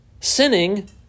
Sinning